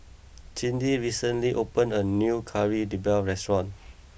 Cindi recently opened a new Kari Debal restaurant